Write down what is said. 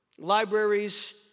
libraries